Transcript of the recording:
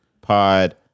pod